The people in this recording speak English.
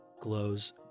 glows